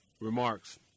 remarks